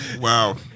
Wow